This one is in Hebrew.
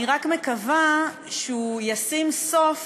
אני רק מקווה שהוא ישים סוף